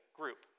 group